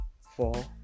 four